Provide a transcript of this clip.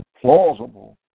plausible